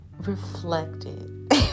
reflected